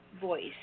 voice